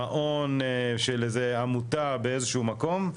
מעון של איזו עמותה באיזשהו מקום,